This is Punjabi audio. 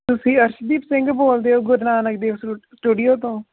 ਤੁਸੀਂ ਅਰਸ਼ਦੀਪ ਸਿੰਘ ਬੋਲਦੇ ਹੋ ਗੁਰੂ ਨਾਨਕ ਦੇਵ ਸ ਸਟੂਡੀਓ ਤੋਂ